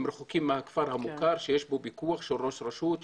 הם רחוקים מכפר המוכר שיש בו פיקוח של ראש רשות,